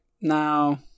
now